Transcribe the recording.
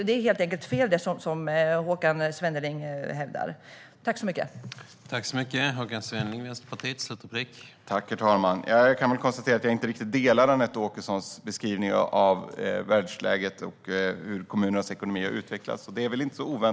Det som Håkan Svenneling hävdar är helt enkelt fel.